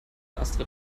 astrid